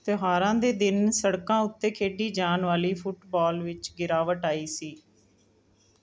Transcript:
ਤਿਉਹਾਰਾਂ ਦੇ ਦਿਨ ਸੜਕਾਂ ਉੱਤੇ ਖੇਡੀ ਜਾਣ ਵਾਲੀ ਫੁੱਟਬੋਲ ਵਿੱਚ ਗਿਰਾਵਟ ਆਈ ਸੀ